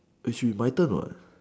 it should be my turn what